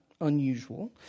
unusual